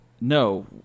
no